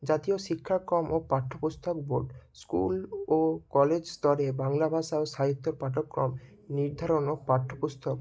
জাতীয় শিক্ষার ক্রম ও পাঠ্য পুস্তক বোর্ড স্কুল ও কলেজ স্তরে বাংলা ভাষা ও সাহিত্যর পাঠ্যক্রম নির্ধারণ ও পাঠ্য পুস্তক